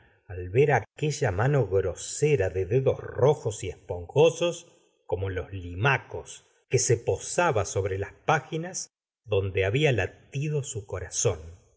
al ver aquella mano grosera de dedos rojos y esponjosos como los limacos que se posaba sobre las páginas donde babia latido su corazón